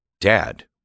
dad